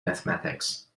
mathematics